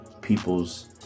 people's